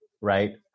right